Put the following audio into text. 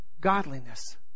godliness